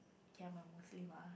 kay I'm a muslim ah